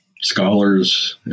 scholars